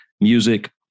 music